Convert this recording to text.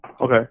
Okay